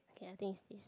okay I think is this